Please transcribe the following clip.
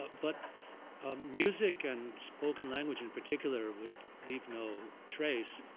but but music and spoken language in particular would leave no trace.